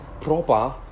proper